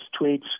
tweets